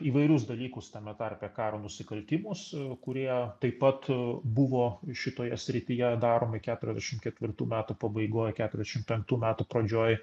įvairius dalykus tame tarpe karo nusikaltimus kurie taip pat buvo šitoje srityje daromi keturiasdešimt ketvirtų metų pabaigoj keturiasdešim penktų metų pradžioj